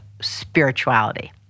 spirituality